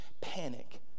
panic